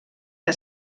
que